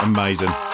Amazing